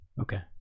Okay